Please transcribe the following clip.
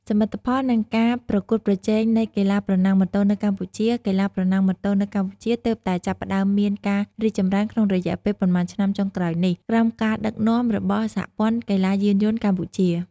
សមិទ្ធផល និងការប្រកួតប្រជែងនៃកីឡាប្រណាំងម៉ូតូនៅកម្ពុជា កីឡាប្រណាំងម៉ូតូនៅកម្ពុជាទើបតែចាប់ផ្តើមមានការរីកចម្រើនក្នុងរយៈពេលប៉ុន្មានឆ្នាំចុងក្រោយនេះ ក្រោមការដឹកនាំរបស់ សហព័ន្ធកីឡាយានយន្តកម្ពុជា។